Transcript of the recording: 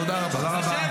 תודה רבה.